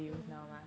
mm mm mm